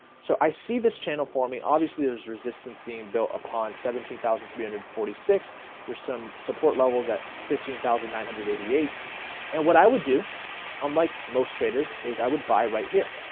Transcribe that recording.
so i see this channel for me obviously there's resistance being built upon seventeen thousand three hundred forty six there's some support levels at fifteen thousand nine hundred eighty eight and what i would do unlike most traders is i would buy right here